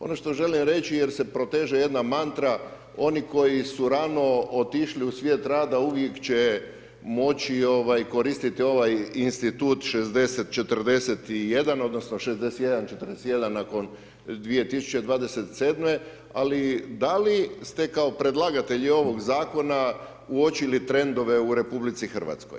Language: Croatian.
Ono što želim reći, jer se proteže jedna mantra, oni koji su rano otišli u svijet rada, uvijek će moći koristiti ovaj institut 60-41, odnosno 61-41 nakon 2027., ali da li ste kao predlagatelji ovog Zakona uočili trendove u Republici Hrvatskoj?